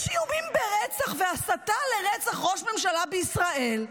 יש איומים ברצח והסתה לרצח ראש ממשלה בישראל,